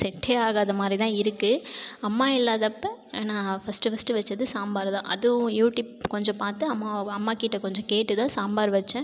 செட்டே ஆகாத மாதிரி தான் இருக்குது அம்மா இல்லாதப்போ நான் ஃபர்ஸ்ட் ஃபர்ஸ்ட் வைச்சது சாம்பார் தான் அதுவும் யூட்யூப் கொஞ்சம் பார்த்து அம்மாவை அம்மாகிட்ட கொஞ்சம் கேட்டு தான் சாம்பார் வைச்சேன்